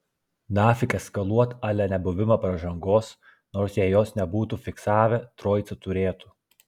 nafik eskaluot a le nebuvimą pražangos nors jei jos nebūtų fiksavę troicą turėtų